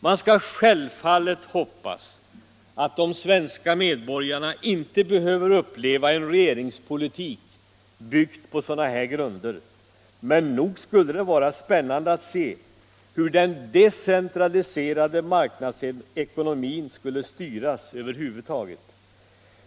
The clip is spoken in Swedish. Man skall självfallet hoppas att de svenska medborgarna inte behöver uppleva en regeringspolitik byggd på sådana här grunder, men nog skulle det vara spännande att se hur den decentraliserade marknadsekonomin skulle styras över huvud taget.